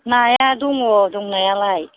नाया दङ दंनायालाय